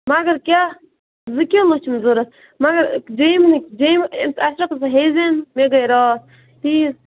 مگر کیٛاہ زٕ کِلو چھِم ضروٗرت مگر جٮ۪مۍ نہٕ جٮ۪مۍ أمِس اَشرفس ہیٚزِنہٕ مےٚ گٔے راتھ تیٖژ